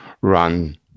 run